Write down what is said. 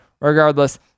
regardless